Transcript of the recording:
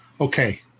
Okay